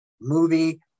movie